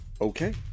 Okay